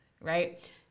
right